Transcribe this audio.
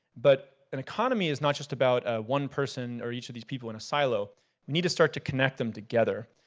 but an economy is not just about ah one person or each of these people in a silo. you need to start to connect them together.